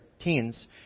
teens